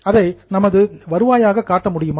அதை நமது ரெவன்யூ வருவாயாக காட்ட முடியுமா